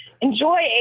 enjoy